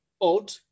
odd